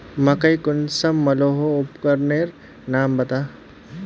मकई कुंसम मलोहो उपकरनेर नाम बता?